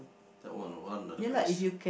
that one one of the best